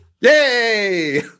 Yay